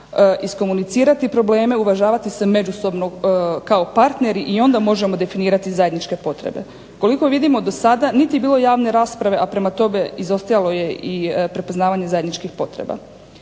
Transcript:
iskomunicirati probleme, uvažavati se međusobno kao partner, i onda možemo definirati zajedničke potrebe. Koliko vidimo do sada niti je bilo javne rasprave, a prema tome izostajalo je i prepoznavanje zajedničkih potreba.